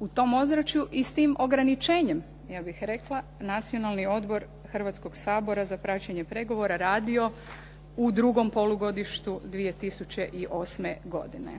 u tom ozračju i s tim ograničenjem, ja bih rekla, Nacionalni odbor Hrvatskoga sabora za praćenje pregovora radio u drugom polugodištu 2008. godine.